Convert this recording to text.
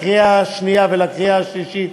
לקריאה השנייה ולקריאה השלישית,